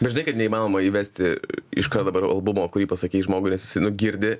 bet žinai kad neįmanoma įvesti iškart dabar albumo kurį pasakei žmogui nes jisai nu girdi